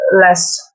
less